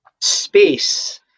space